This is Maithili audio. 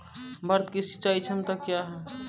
भारत की सिंचाई क्षमता क्या हैं?